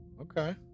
Okay